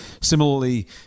Similarly